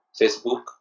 Facebook